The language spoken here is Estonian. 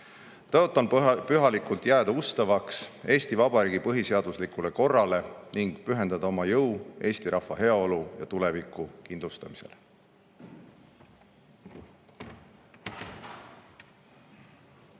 Tõotan pühalikult jääda ustavaks Eesti Vabariigi põhiseaduslikule korrale ning pühendada oma jõu Eesti rahva heaolu ja tuleviku kindlustamisele.